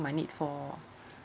my need for